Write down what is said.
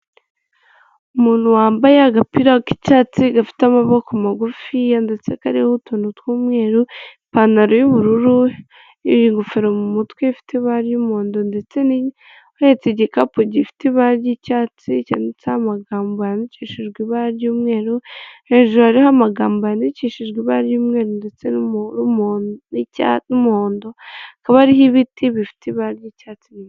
Umuntu wambaye agapira k'icyatsi gafite amaboko magufi ndetse kariho utuntu tw'umweru, ipantaro y'ubururu, ingofero mu mutwe ifite ibara ry'umuhondo ndetse uhetse igikapu gifite ibara ry'icyatsi cyanditseho amagambo yandikishijwe ibara ry'umweru, hejuru hariho amagambo yandikishijwe ibara ry'umweru ndetse n'umuhondo hakaba hariho ibiti bifite ibara ry'icyatsi.